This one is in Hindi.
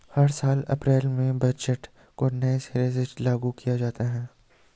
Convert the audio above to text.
हर साल अप्रैल में बजट को नये सिरे से लागू किया जाता है